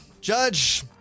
Judge